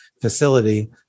facility